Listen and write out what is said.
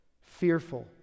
Fearful